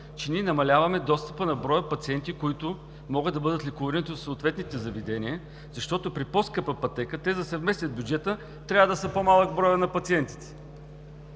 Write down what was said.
че ние намаляваме достъпа на броя пациенти, които могат да бъдат лекувани в съответните заведения, защото при по-скъпа пътека, за да се вместят в бюджета, трябва да е по-малък броят на пациентите,